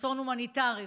אסון הומניטרי.